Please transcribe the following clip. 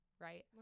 right